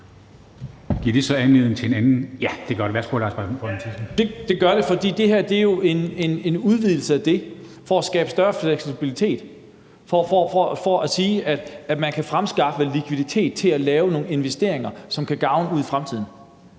Boje Mathiesen. Kl. 20:06 Lars Boje Mathiesen (NB): Ja, det gør det, for det her er jo en udvidelse af det, altså for at skabe større fleksibilitet – for at sige, at man kan fremskaffe likviditet til at lave nogle investeringer, som kan gavne ud i fremtiden.